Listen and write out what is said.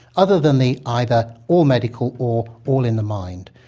other than the either or medical or all in the mind.